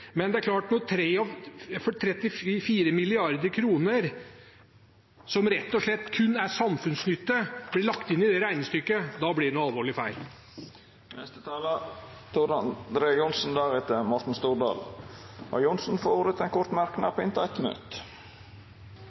men det er klart at når 34 mrd. kr som rett og slett kun er samfunnsnytte, blir lagt inn i det regnestykket, blir det noe alvorlig feil. Representanten Tor André Johnsen har hatt ordet to gonger tidlegare og får ordet til ein kort merknad, avgrensa til 1 minutt.